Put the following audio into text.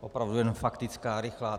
Opravdu jenom faktická, rychlá.